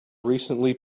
recently